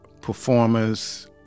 performers